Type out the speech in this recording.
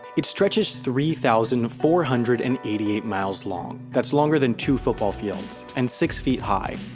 it stretches three thousand four hundred and eighty eight miles long that's longer than two football fields and six feet high,